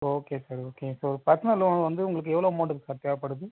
okay sir okay இப்போ personal loan வந்து உங்களுக்கு எவ்வளோ அமௌண்டுக்கு சார் தேவைப்படுது